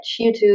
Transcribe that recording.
YouTube